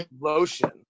lotion